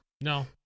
No